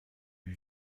élu